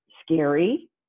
Scary